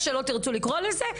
איך שלא תרצו לקרוא לזה,